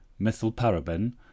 methylparaben